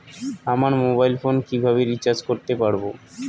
আমার mobile phone কিভাবে recharge করতে পারব?